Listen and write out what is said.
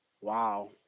Wow